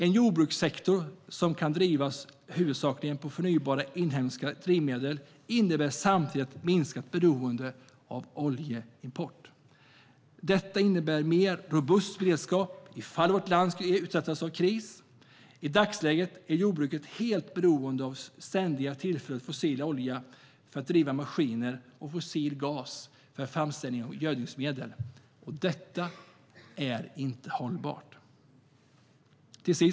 En jordbrukssektor som kan drivas huvudsakligen på förnybara inhemska drivmedel innebär samtidigt ett minskat beroende av oljeimport. Detta innebär en mer robust beredskap ifall vårt land skulle utsättas för kris. I dagsläget är jordbruket helt beroende av ett ständigt tillflöde av fossil olja för att driva maskinerna och av fossil gas för framställning av gödningsmedel. Detta är inte hållbart.